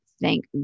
Thank